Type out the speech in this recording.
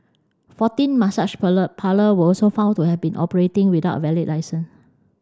fourteen massage parlour were also found to have been operating without a valid licence